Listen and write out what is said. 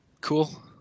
cool